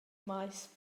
maes